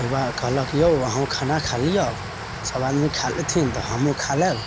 परिबार कहलक यौ अहुँ खाना खा लिअ सब आदमी खा लेथिन तऽ हमहुँ खा लेब